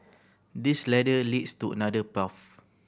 this ladder leads to another path